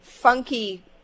funky